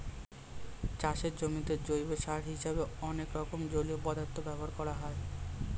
চাষের জমিতে জৈব সার হিসেবে অনেক রকম জলীয় পদার্থ ব্যবহার করা হয়